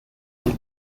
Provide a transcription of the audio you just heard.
des